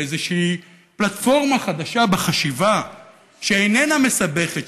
לאיזושהי פלטפורמה חדשה בחשיבה שאיננה מסבכת,